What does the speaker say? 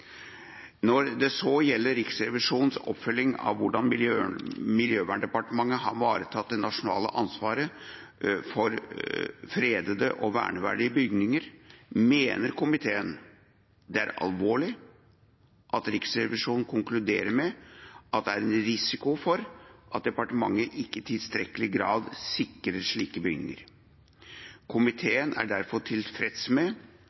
Når det så gjelder Riksrevisjonens oppfølging av hvordan Miljøverndepartementet har ivaretatt det nasjonale ansvaret for fredete og verneverdige bygninger, mener komiteen det er alvorlig at Riksrevisjonen konkluderer med at det er en risiko for at departementet ikke i tilstrekkelig grad sikrer slike bygninger. Komiteen er derfor tilfreds med